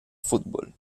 fútbol